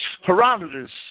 Herodotus